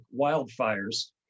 wildfires